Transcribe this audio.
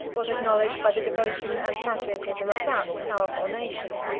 was acknowledged by the devotion and patriotism of that powerful nation.